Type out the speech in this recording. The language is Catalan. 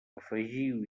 afegiu